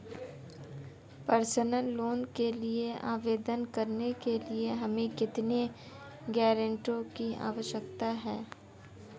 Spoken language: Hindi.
पर्सनल लोंन के लिए आवेदन करने के लिए हमें कितने गारंटरों की आवश्यकता है?